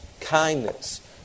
kindness